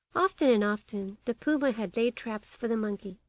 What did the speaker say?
often and often the puma had laid traps for the monkey,